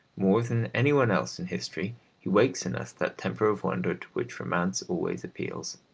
more than any one else in history he wakes in us that temper of wonder to which romance always appeals.